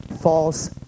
False